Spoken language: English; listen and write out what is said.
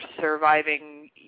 surviving